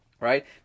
right